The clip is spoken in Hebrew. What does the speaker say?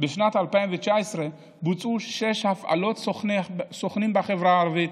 בשנת 2019 בוצעו שש הפעלות סוכנים בחברה הערבית,